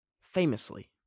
famously